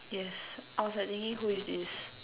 yes I was like thinking who is this